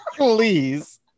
Please